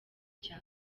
cya